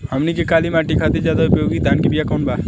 हमनी के काली माटी खातिर ज्यादा उपयोगी धान के बिया कवन बा?